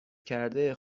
کرده